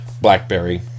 blackberry